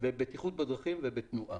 בבטיחות בדרכים ובתנועה.